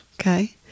Okay